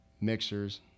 mixers